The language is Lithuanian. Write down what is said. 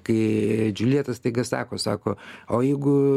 kai džuljeta staiga sako sako o jeigu